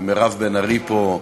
ומירב בן ארי פה,